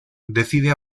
decide